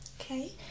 Okay